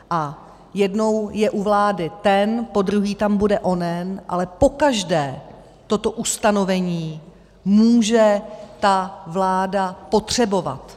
A jednou je u vlády ten, podruhé tam bude onen, ale pokaždé toto ustanovení může ta vláda potřebovat.